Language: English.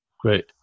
Great